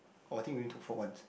oh I think we only took for once